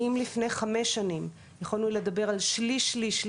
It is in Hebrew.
אם לפני חמש שנים יכולנו לדבר על שליש-שליש-שליש: